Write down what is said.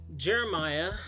Jeremiah